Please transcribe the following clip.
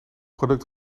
product